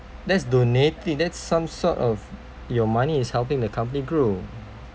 that's donate it that's some sort of your money is helping the company grow